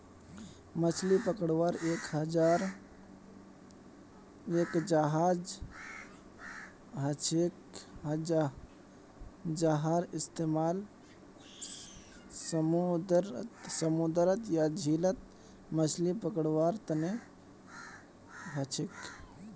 मछली पकड़वार एक जहाज हछेक जहार इस्तेमाल समूंदरत या झीलत मछली पकड़वार तने हछेक